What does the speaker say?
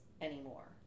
anymore